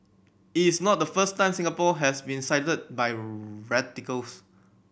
it is not the first time Singapore has been cited by radicals